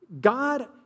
God